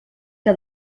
que